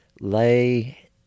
lay